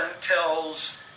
tells